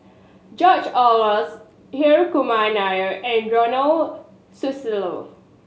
George Oehlers Hri Kumar Nair and Ronald Susilo